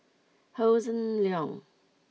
Hossan Leong